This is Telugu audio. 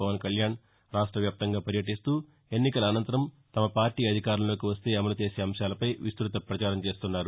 పవన్ కళ్యాణ్ రాష్ట వ్యాప్తంగా పర్యటీస్తూ ఎన్నికల అనంతరం తమ పార్టీ అధికారంలోకి వస్తే అమలు చేసే అంశాలపై విస్తృత పచారం చేస్తున్నారు